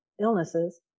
illnesses